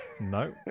No